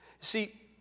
See